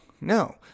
no